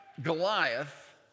Goliath